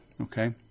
Okay